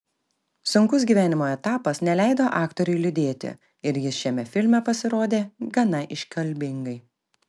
sunkus gyvenimo etapas neleido aktoriui liūdėti ir jis šiame filme pasirodė gana iškalbingai